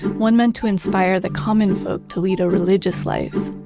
one meant to inspire the common folk to lead a religious life.